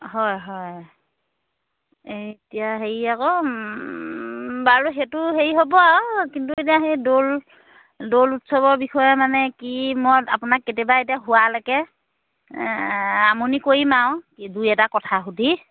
হয় হয় এতিয়া হেৰি আকৌ বাৰু সেইটো হেৰি হ'ব আৰু কিন্তু এতিয়া সেই দৌল দৌল উৎসৱৰ বিষয়ে মানে কি মই আপোনাক কেতিয়াবা এতিয়া হোৱালৈকে আমনি কৰিম আৰু কি দুই এটা কথা সুধি